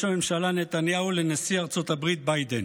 הממשלה נתניהו לנשיא ארצות הברית ביידן.